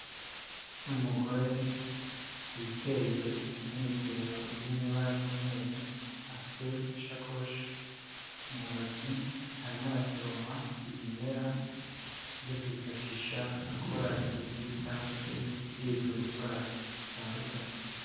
Umugore witeye umwitero uri mu ibara ry'umweru, afite ishakoshi mu ntoki, arimo arasoroma ibimera byo kwifashisha akora imiti cyangwa se yivura indwara zitandukanye.